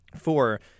Four